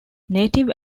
native